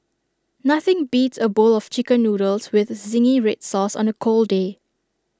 nothing beats A bowl of Chicken Noodles with Zingy Red Sauce on A cold day